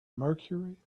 mercury